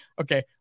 Okay